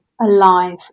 alive